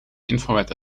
infrared